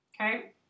Okay